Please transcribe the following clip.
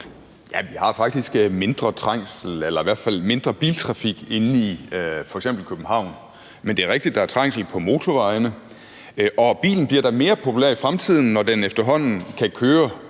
Vi har faktisk mindre trængsel eller i hvert fald mindre biltrafik inde i f.eks. København, men det er rigtigt, at der er trængsel på motorvejene. Og bilen bliver da mere populær i fremtiden, når den efterhånden kan køre